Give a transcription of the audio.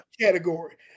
category